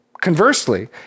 conversely